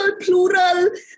plural